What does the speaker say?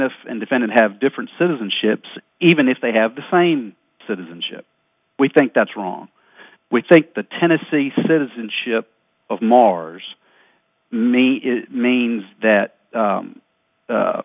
and defendant have different citizenships even if they have the same citizenship we think that's wrong we think the tennessee citizenship of mars maybe it means that